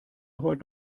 heute